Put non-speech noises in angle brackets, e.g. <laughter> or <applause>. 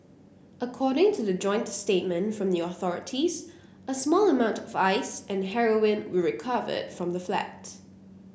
according to the joint statement from <unintelligible> authorities a small amount of Ice and heroin were recovered it from the flat